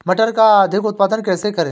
मटर का अधिक उत्पादन कैसे करें?